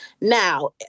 Now